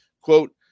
quote